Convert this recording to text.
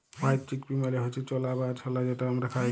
white chickpea মালে হচ্যে চালা বা ছলা যেটা হামরা খাই